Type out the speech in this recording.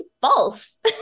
false